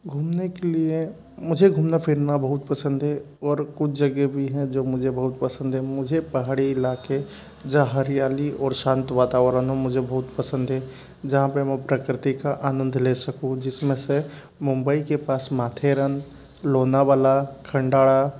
घूमने के लिए मुझे घूमना फिरना बहुत पसंद है और कुछ जगह भी है जो मुझे बहुत पसंद है मुझे पहाड़ी इलाके जहाँ हरियाली और शांत वातावरण मुझे बहुत पसंद है जहाँ पे मैं प्रकृति का आनंद ले सकूँ जिसमें से मुंबई के पास माथेरन लोनावाला खंडाला